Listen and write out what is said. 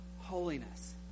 holiness